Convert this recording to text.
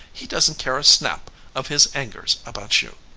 he doesn't care a snap of his fingers about you.